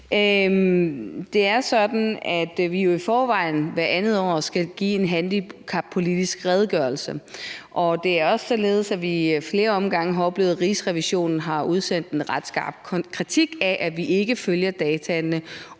Det er sådan, at vi jo i forvejen hvert andet år skal give en handicappolitisk redegørelse. Det er også således, at vi ad flere omgange har oplevet, at Rigsrevisionen har udsendt en ret skarp kritik af, at man ikke følger dataene